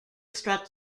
strut